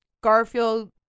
Garfield